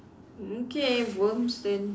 mm K worms then